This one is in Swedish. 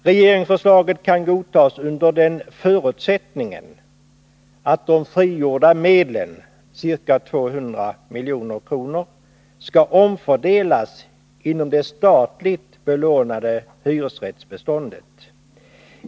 Regeringsförslaget kan godtas under den förutsättningen att de frigjorda medlen — ca 200 milj.kr. — skall omfördelas inom det statligt belånade hyresrättsbestån det.